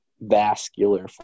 vascular